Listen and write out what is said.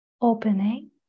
Opening